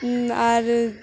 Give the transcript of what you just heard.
আর